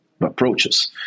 approaches